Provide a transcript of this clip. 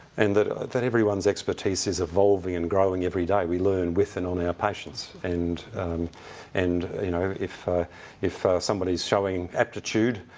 and that that everyone's expertise is evolving and growing every day we learn with and on our patients. and and you know if if somebody's showing aptitude,